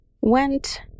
went